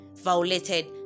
violated